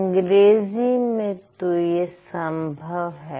अंग्रेजी में तो यह संभव है